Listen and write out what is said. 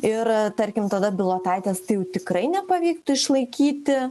ir tarkim tada bilotaitės tai jau tikrai nepavyktų išlaikyti